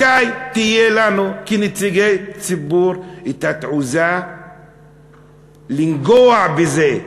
מתי תהיה לנו, כנציגי הציבור, התעוזה לנגוע בזה?